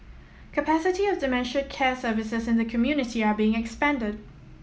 capacity of dementia care services in the community are being expanded